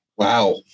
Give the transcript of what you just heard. Wow